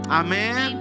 amen